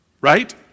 Right